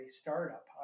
startup